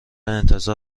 انتظار